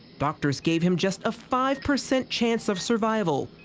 doctors gave him just a five percent chance of survival,